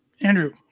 Andrew